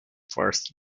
first